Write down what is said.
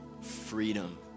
freedom